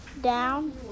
down